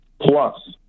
plus